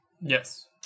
Yes